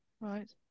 Right